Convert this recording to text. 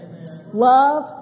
Love